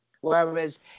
Whereas